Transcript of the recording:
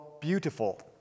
Beautiful